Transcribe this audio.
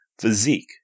physique